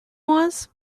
was